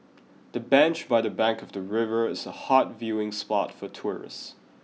the bench by the bank of the river is a hot viewing spot for tourists